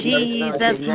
Jesus